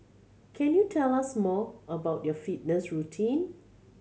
can you tell us more about your fitness routine